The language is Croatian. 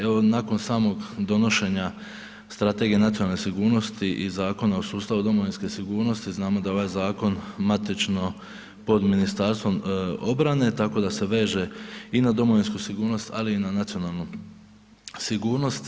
Evo, nakon samog donošenja Strategije nacionalne sigurnosti i Zakona o sustavu domovinske sigurnosti znamo da je ovaj zakon matično pod Ministarstvom obrane tako da se veže i na domovinsku sigurnost ali i na nacionalnu sigurnost.